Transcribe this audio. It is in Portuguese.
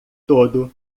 todo